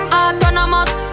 autonomous